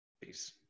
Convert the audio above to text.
Peace